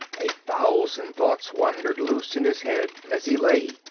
a thousand thoughts wandered loose in his head as he lay,